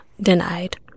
denied